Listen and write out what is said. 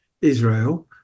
israel